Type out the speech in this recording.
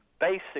basic